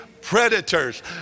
predators